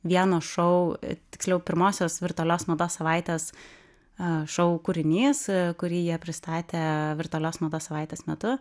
vieno šou tiksliau pirmosios virtualios mados savaites a šou kūrinys kurį jie pristatė virtualios mados savaitės metu